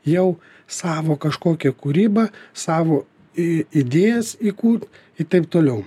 jau savo kažkokią kūrybą savo i idėjas įkurt i taip toliau